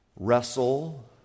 Wrestle